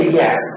yes